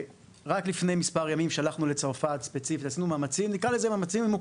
רק לפני מספר ימים עשינו מאמצים ממוקדים,